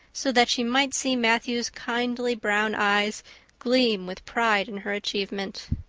so that she might see matthew's kindly brown eyes gleam with pride in her achievement.